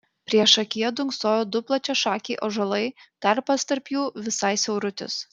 priešakyje dunksojo du plačiašakiai ąžuolai tarpas tarp jų visai siaurutis